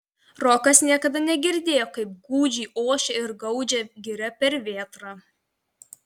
rokas niekada negirdėjo kaip gūdžiai ošia ir gaudžia giria per vėtrą